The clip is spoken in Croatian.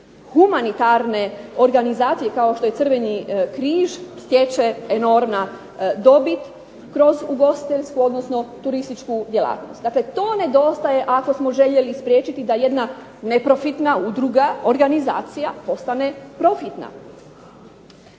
humanitarne organizacije kao što je Crveni križ stječe enormna dobit kroz ugostiteljsku odnosno turističku djelatnost. Dakle, to nedostaje ako smo željeli spriječiti da jedna neprofitna udruga, organizacija postane profitna.